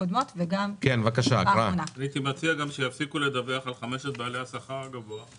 הייתי מציע גם שיפסיקו לדווח על חמשת בעלי השכר הגבוה.